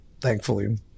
thankfully